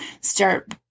start